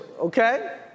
Okay